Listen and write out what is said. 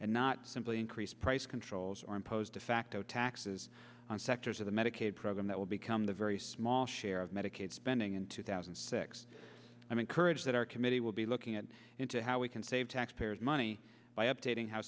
and not simply increase price controls or impose defacto taxes on sectors of the medicaid program that will become the very small share of medicaid spending in two thousand and six i'm encouraged that our committee will be looking at into how we can save taxpayers money by updating how